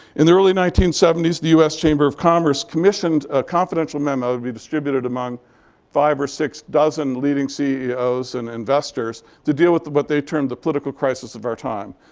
in the early nineteen seventy s, the us chamber of commerce commissioned a confidential memo to be distributed among five or six dozen leading ceos and investors to deal with what but they termed the political crisis of our time.